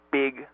big